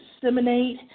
disseminate